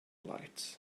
lights